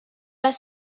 pas